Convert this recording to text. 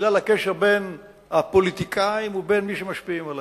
בגלל הקשר בין הפוליטיקאים ובין מי שמשפיעים עליהם.